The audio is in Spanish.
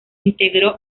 integró